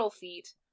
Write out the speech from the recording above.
feet